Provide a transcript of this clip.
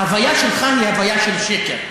ההוויה שלך היא הוויה של שקר.